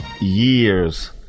years